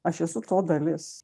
aš esu to dalis